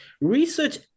research